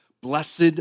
blessed